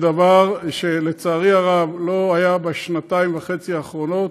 זה דבר שלצערי הרב לא היה בשנתיים וחצי האחרונות,